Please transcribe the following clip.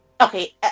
okay